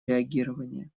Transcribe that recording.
реагирования